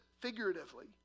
figuratively